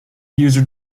user